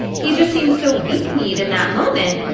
he just seems so weak kneed in that moment.